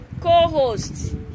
co-host